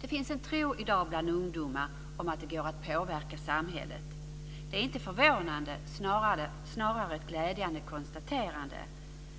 Det finns en tro i dag bland ungdomar om att det går att påverka samhället. Det är inte förvånande utan snarare ett glädjande konstaterande!